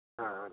ஆ ஆ